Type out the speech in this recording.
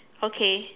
okay